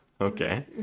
Okay